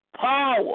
power